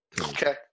Okay